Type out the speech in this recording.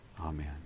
Amen